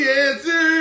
answer